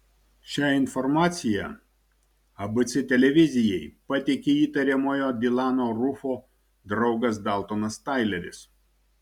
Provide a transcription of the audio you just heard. šią informaciją abc televizijai pateikė įtariamojo dilano rufo draugas daltonas taileris